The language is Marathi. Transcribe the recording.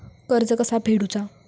कर्ज कसा फेडुचा?